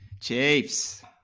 Chiefs